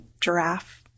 giraffe